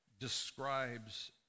describes